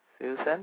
Susan